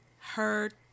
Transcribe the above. heard